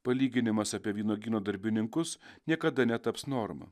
palyginimas apie vynuogyno darbininkus niekada netaps norma